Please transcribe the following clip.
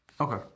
Okay